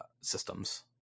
systems